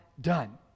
done